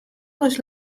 ris